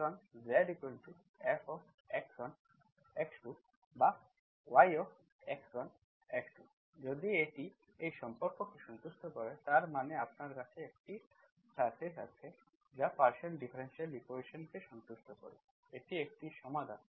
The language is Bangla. সুতরাং Zfx1x2 বা yx1x2 যদি এটি এই সম্পর্ককে সন্তুষ্ট করে তার মানে আপনার কাছে একটি সারফেস আছে যা পার্শিয়াল ডিফারেনশিয়াল ইকুয়েশন্সকে সন্তুষ্ট করেএটা একটা সমাধান